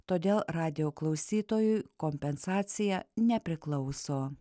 todėl radijo klausytojui kompensacija nepriklauso